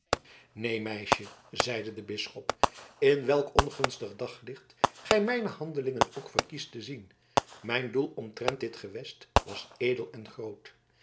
neen meisje zeide de bisschop in welk ongunstig daglicht gij mijne handelingen ook verkiest te zien mijn doel omtrent dit gewest was edel en groot